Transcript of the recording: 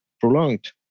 prolonged